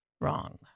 wrong